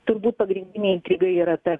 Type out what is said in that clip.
turbūt pagrindinė intriga yra ta